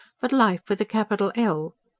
but life with a capital l,